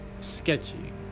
sketchy